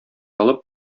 алып